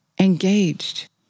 engaged